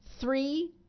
Three